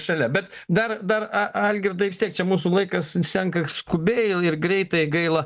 šalia bet dar dar a algirdai vis tiek čia mūsų laikas senka skubiai ir greitai gaila